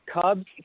Cubs